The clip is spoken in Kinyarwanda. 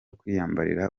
kwiyambarira